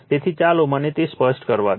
તેથી ચાલો મને તે સ્પષ્ટ કરવા દો